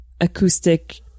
acoustic